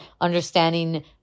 Understanding